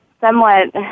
somewhat